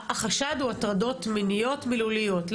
החשד הוא הטרדות מיניות מילוליות?